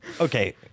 okay